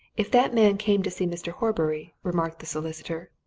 if that man came to see mr. horbury, remarked the solicitor,